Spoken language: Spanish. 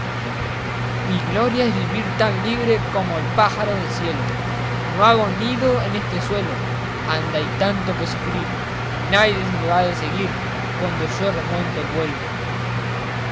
mi gloria es vivir tan libre como el pájaro del cielo no hago nido en este suelo ande hay tanto que sufrir y naides me ha de seguir cuando yo remuento el vuelo